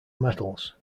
metals